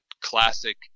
classic